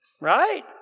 right